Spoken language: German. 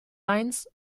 airlines